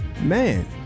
man